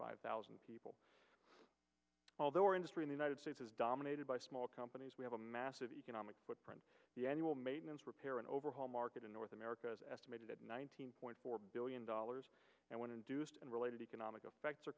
five thousand people although our industry in the united states is dominated by small companies we have a massive economic the annual maintenance repair and overhaul market in north america is estimated at nineteen point four billion dollars and when in and related economic effects are